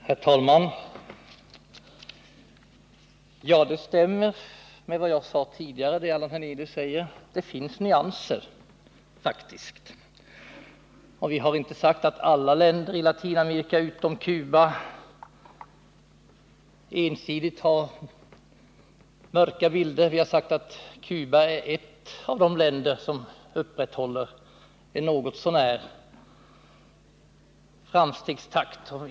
Herr talman! Det Allan Hernelius säger stämmer med vad jag sade tidigare: Det finns nyanser. Vi har inte sagt att alla länder i Latinamerika utom Cuba visar upp en ensidigt mörk bild. Vi har sagt att Cuba är ett av de länder där framstegstakten är något så när.